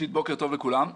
בוקר טוב לכולם.